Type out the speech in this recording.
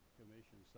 commission